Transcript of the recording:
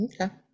Okay